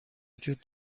وجود